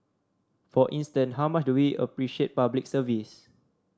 for instance how much do we appreciate Public Service